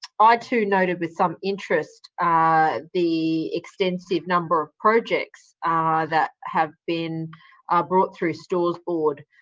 i, too, noted with some interest the extensive number of projects that have been ah brought through stores board